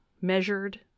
measured